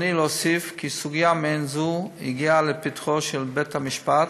ברצוני להוסיף כי סוגיה מעין זו הגיעה לפתחו של בית המשפט,